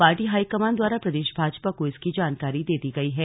party high command द्वारा प्रदेश भाजपा को इसकी जानकारी दे दी गई है